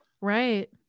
right